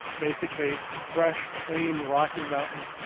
basically fresh, clean, rocky mountain